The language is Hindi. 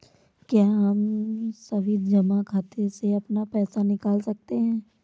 क्या हम सावधि जमा खाते से अपना पैसा निकाल सकते हैं?